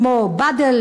כמו "בדיל",